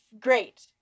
great